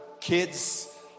kids